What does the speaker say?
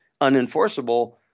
unenforceable